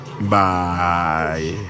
Bye